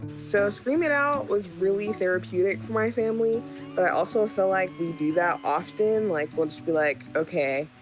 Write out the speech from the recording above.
so, scream it out was really therapeutic for my family. but i also feel like we do that often, like, one should be like, okay,